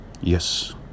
Yes